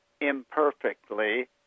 imperfectly